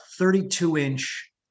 32-inch